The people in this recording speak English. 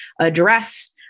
address